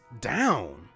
down